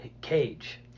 Cage